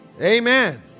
Amen